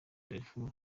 darfur